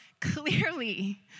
clearly